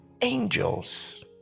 angels